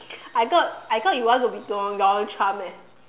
I thought I thought you want to be charm eh